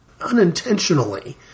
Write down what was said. unintentionally